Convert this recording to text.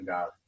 God